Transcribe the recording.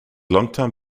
longtime